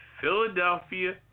Philadelphia